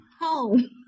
home